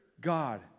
God